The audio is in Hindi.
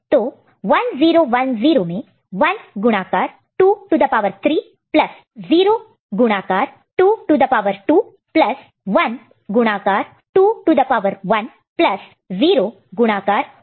तो 1 0 1 0 में 1 गुणाकार multiplied multiplied 2 to the power 3 plus 0 गुणाकार multiplied multiplied 2 to the power 2 plus 1 गुणाकार multiplied multiplied 2 to the power plus 0 गुणाकार multiplied multiplied 2 to the power 0